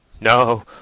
No